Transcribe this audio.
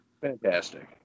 Fantastic